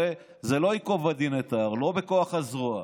הרי זה לא ייקוב הדין את ההר, לא בכוח הזרוע.